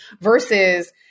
versus